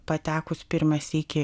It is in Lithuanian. patekus pirmą sykį